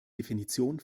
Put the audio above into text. definition